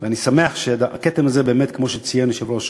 אני שמח שהכתם הזה, כמו שציין יושב-ראש